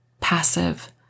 passive